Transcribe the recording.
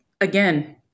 again